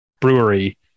brewery